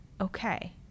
okay